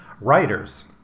writers